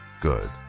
good